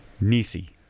Nisi